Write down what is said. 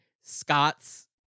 scott's